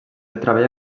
treballa